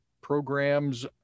programs